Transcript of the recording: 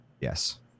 Yes